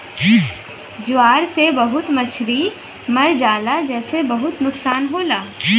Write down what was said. ज्वर से बहुत मछरी मर जाला जेसे बहुत नुकसान होला